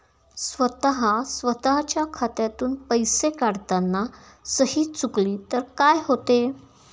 स्वतः स्वतःच्या खात्यातून पैसे काढताना सही चुकली तर काय होते?